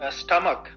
stomach